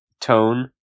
tone